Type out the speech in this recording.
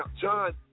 John